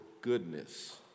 goodness